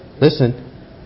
listen